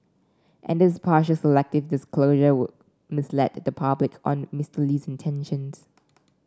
and this partial selective disclosure would mislead the public on Mr Lee's intentions